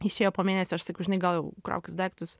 išėjo po mėnesio aš sakiau žinai gal jau kraukis daiktus